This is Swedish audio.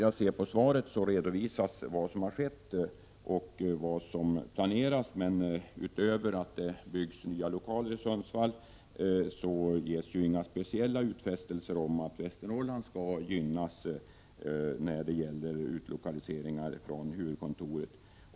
I svaret redovisas vad som har skett och vad som planeras. Utöver beskedet om att det skall byggas nya lokaler i Sundsvall ges emellertid inga speciella utfästelser om att Västernorrland skall gynnas när det gäller utlokaliseringar från huvudkontoret.